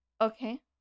Okay